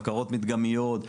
בקרות מדגמיות,